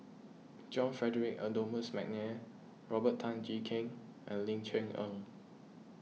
John Frederick Adolphus McNair Robert Tan Jee Keng and Ling Cher Eng